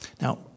Now